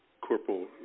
Corporal